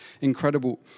incredible